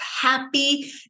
happy